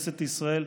בכנסת ישראל,